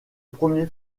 premier